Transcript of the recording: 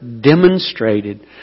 demonstrated